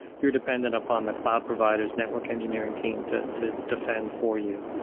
you're dependent upon the cloud providers network engineering team to to defend for you.